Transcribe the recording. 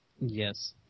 Yes